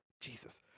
Jesus